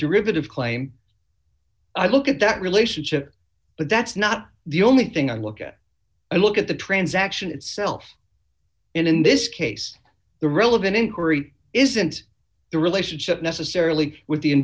derivative claim i look at that relationship but that's not the only thing i look at i look at the transaction itself and in this case the relevant inquiry isn't the relationship necessarily with the